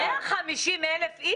150,000 איש?